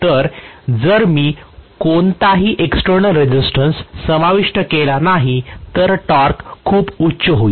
तर जर मी कोणताही एक्सटेर्नल रेसिस्टन्स समाविष्ट केला नाही तर टॉर्क खूप उच्च होईल